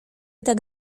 tak